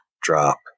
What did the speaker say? drop